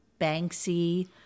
Banksy